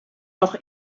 noch